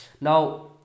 now